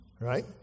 Right